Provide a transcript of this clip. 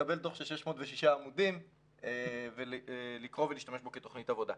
לקבל דוח של 606 עמודים ולקרוא ולהשתמש בו כתוכנית עבודה.